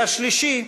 והשלישי: